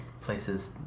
places